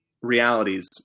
realities